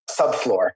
subfloor